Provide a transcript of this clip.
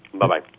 Bye-bye